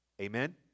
Amen